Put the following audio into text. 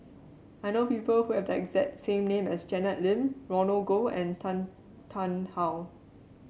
I know people who have the exact same name as Janet Lim Roland Goh and Tan Tarn How